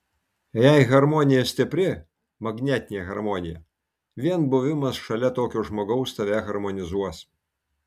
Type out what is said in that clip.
jei harmonija stipri magnetinė harmonija vien buvimas šalia tokio žmogaus tave harmonizuos